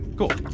cool